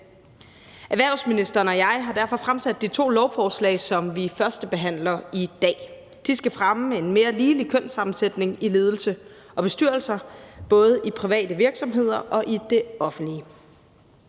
Erhvervsministeren og jeg har derfor fremsat de to lovforslag, som vi førstebehandler i dag. De skal fremme en mere ligelig kønssammensætning i ledelser og bestyrelser, og det gælder både i private virksomheder og i det offentlige.